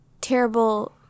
terrible